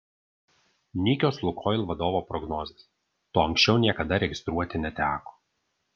nykios lukoil vadovo prognozės to anksčiau niekada registruoti neteko